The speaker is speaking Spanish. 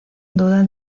duda